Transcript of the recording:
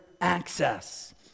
access